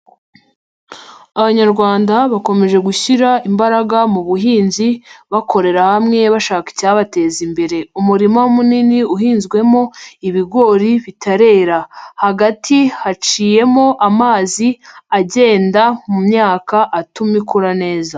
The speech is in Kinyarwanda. Abanyarwanda bakomeje gushyira imbaraga mu buhinzi bakorera hamwe, bashaka icyabateza imbere. Umurima munini uhinzwemo ibigori bitarera. Hagati haciyemo amazi agenda mu myaka atuma ikura neza.